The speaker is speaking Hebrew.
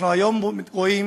אנחנו רואים